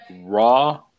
Raw